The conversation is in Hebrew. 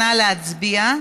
נא להצביע.